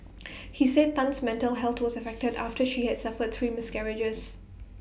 he said Tan's mental health was affected after she had suffered three miscarriages